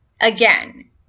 Again